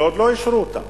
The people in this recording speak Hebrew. ועוד לא אישרו אותה.